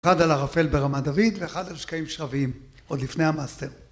אחד על ערפל ברמת דוד, ואחד על שקעים שרביים, עוד לפני המאסטר